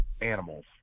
animals